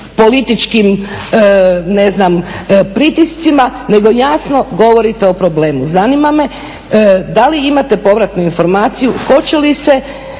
političkim pritiscima nego jasno govorite o problemu. Zanima me da li imate povratnu informaciju hoće li se